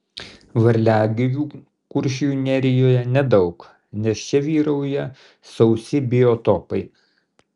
varliagyvių kuršių nerijoje nedaug nes čia vyrauja sausi biotopai